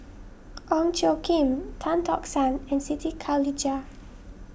Ong Tjoe Kim Tan Tock San and Siti Khalijah